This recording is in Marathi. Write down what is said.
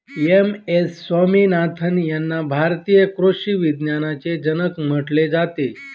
एम.एस स्वामीनाथन यांना भारतीय कृषी विज्ञानाचे जनक म्हटले जाते